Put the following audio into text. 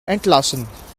entlassen